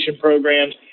programs